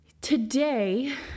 today